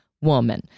woman